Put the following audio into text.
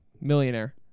Millionaire